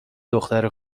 دختر